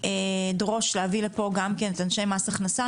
אדרוש להביא לפה גם את אנשי מס הכנסה,